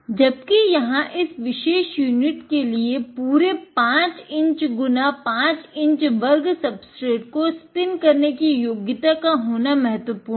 जबकि यहाँ पर इस विशेष यूनिट के लिए पूरे 5 इन्च गुना 5 इंच वर्ग सबस्ट्रेट को स्पिन करने कि योग्यता का होना मह्त्वपूर्ण है